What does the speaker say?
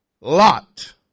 Lot